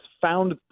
found